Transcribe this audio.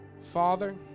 Father